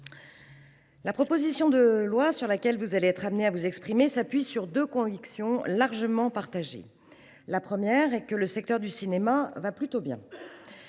La proposition de loi sur laquelle vous allez vous exprimer s’appuie sur deux convictions largement partagées. La première est que le secteur du cinéma va bien.